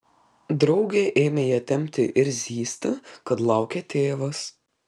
draugė ėmė ją tempti ir zyzti kad laukia tėvas